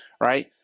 right